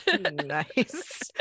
nice